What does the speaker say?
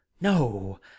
no